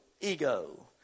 Ego